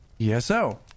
ESO